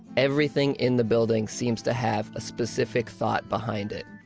everything in the building seems to have a specific thought behind it.